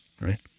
right